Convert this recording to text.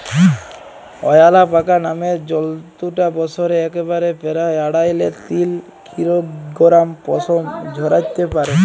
অয়ালাপাকা নামের জন্তুটা বসরে একবারে পেরায় আঢ়াই লে তিন কিলগরাম পসম ঝরাত্যে পারে